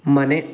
ಮನೆ